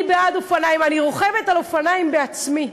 אני בעד אופניים, אני רוכבת על אופניים בעצמי.